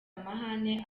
amahane